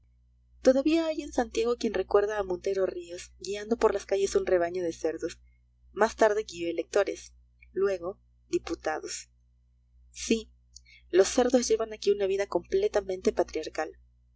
todavía hay en santiago quien recuerda a montero ríos guiando por las calles un rebaño de cerdos más tarde guió electores luego diputados sí los cerdos llevaban aquí una vida completamente patriarcal